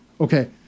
Okay